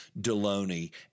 Deloney